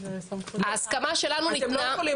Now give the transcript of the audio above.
ההסכמה שלנו ניתנה